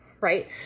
right